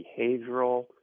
behavioral